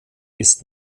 ist